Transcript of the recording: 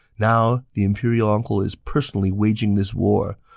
now, the imperial uncle is personally waging this war.